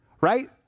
right